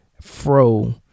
fro